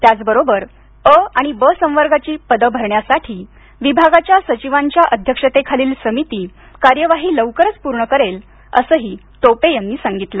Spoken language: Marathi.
त्याचबरोबर अ आणि ब संवर्गाची पदे भरण्यासाठी विभागाच्या सचिवांच्या अध्यक्षतेखालील समिती कार्यवाही लवकरच पूर्ण करेल असंही टोपे यांनी सांगितलं